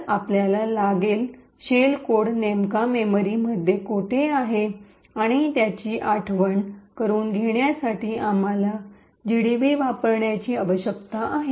तर आपल्याला लागेल शेल कोड नेमका मेमरी मध्ये कोठे आहे आणि याची आठवण करून घेण्यासाठी आम्हाला जीडीबी वापरण्याची आवश्यकता आहे